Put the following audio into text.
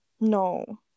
No